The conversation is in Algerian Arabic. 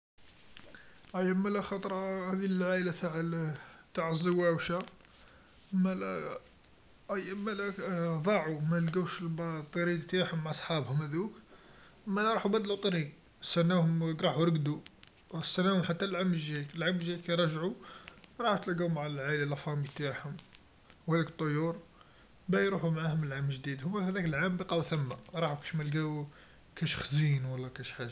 أيا مالا خطرا هاذي العايله تع ل تع الزواوشا، مالا أيا مالا ضاعو ملقاوش الطيرين نتاعهم مع صحابهم هاذوك، مالا راحو بدلو طريق ستناوهم راحو رقدو ستناوهم حتى العام الجاي، العام الجاي كرجعو راحو تلقاو مع العايله العايله نتعاهم و هيك الطيور باه يروحو معاهم العام الجديد، هوما هذاك العام بقاو ثما راهم كاش ملقاو كاش خزين و لا كاش حاجه.